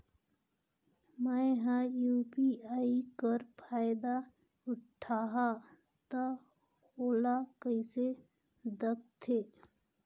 मैं ह यू.पी.आई कर फायदा उठाहा ता ओला कइसे दखथे?